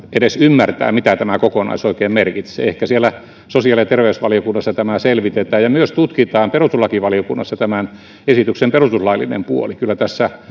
edes ymmärtää mitä tämä kokonaisuus oikein merkitsee ehkä siellä sosiaali ja terveysvaliokunnassa tämä selvitetään ja myös tutkitaan perustuslakivaliokunnassa tämän esityksen perustuslaillinen puoli kyllä tässä